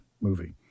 movie